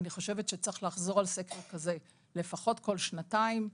אני חושבת שצריך לחזור על ספקטרום כזה לפחות כל שנתיים,